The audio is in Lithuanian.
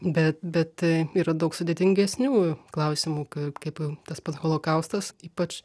bet bet yra daug sudėtingesnių klausimų k kaip tas pats holokaustas ypač